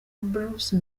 bruce